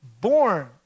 born